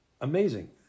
Amazing